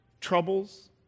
troubles